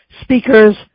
speakers